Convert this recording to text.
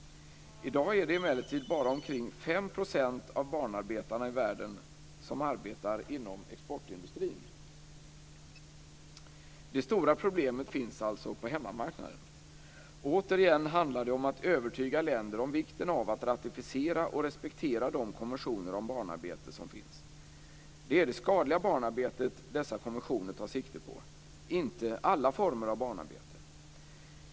I dag är det emellertid bara omkring 5 % av barnarbetarna i världen som arbetar inom exportindustrin. Det stora problemet finns alltså på hemmamarknaden. Återigen handlar det om att övertyga länder om vikten av att ratificera och respektera de konventioner om barnarbete som finns. Det är det skadliga barnarbetet dessa konventioner tar sikte på, inte alla former av barnarbete.